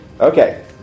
Okay